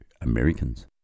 Americans